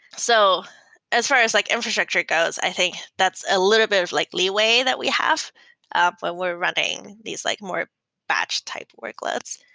so as far as like infrastructure goes, i think that's a little bit of like leeway that we have when we're running these like more batch type workloads.